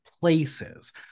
places